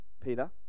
Peter